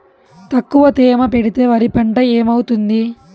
తక్కువ తేమ పెడితే వరి పంట ఏమవుతుంది